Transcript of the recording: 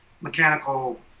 mechanical